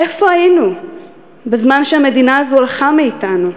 איפה היינו בזמן שהמדינה הזו הלכה מאתנו?